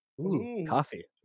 Coffee